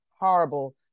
horrible